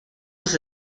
was